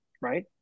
right